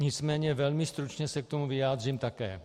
Nicméně velmi stručně se k tomu vyjádřím také.